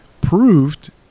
proved